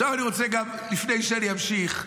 לפני שאני אמשיך,